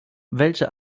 welche